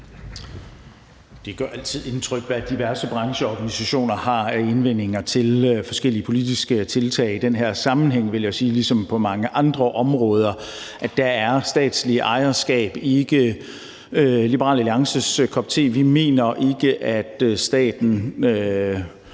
Det gør altid indtryk, hvad diverse brancheorganisationer har af indvendinger mod forskellige politiske tiltag. I den her sammenhæng, vil jeg sige, ligesom på mange andre områder er statsligt ejerskab ikke Liberal Alliances kop te. Vi mener ikke, at statsligt